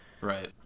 Right